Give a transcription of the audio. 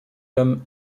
l’homme